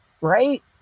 right